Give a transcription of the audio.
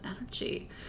energy